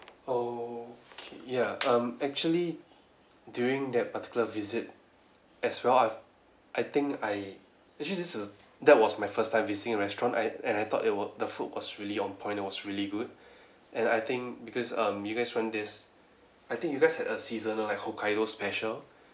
okay ya um actually during that particular visit as well I I think I actually this is that was my first time visiting the restaurant I and I thought it was the food was really on point it was really good and I think because um you guys from this I think you guys had a seasonal like hokkaido special